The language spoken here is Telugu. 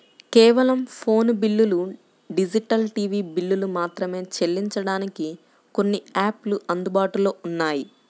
కేవలం ఫోను బిల్లులు, డిజిటల్ టీవీ బిల్లులు మాత్రమే చెల్లించడానికి కొన్ని యాపులు అందుబాటులో ఉన్నాయి